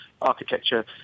architecture